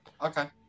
Okay